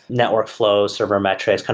network flow, server metrics,